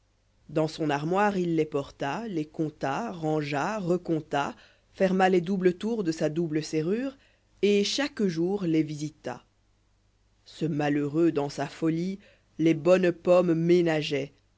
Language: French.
dans son armoire il les porta les compta rangea recompta feïma les doubles tours de sa double serrure et chaque jour les visita ce malheureux dans sa foke les bonnes pommes ménageoit